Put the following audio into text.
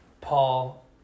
Paul